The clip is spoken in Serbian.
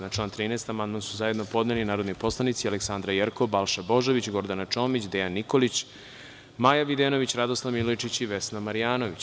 Na član 13. amandman su zajedno podneli narodni poslanici Aleksandra Jerkov, Balša Božović, Gordana Čomić, Dejan Nikolić, Maja Videnović, Radoslav Milojičić i Vesna Marjanović.